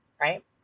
right